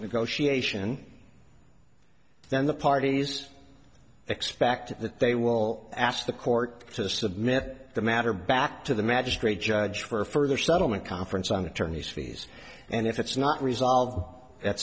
negotiation then the parties expect that they will ask the court to submit the matter back to the magistrate judge for a further settlement conference on attorneys fees and if it's not resolved at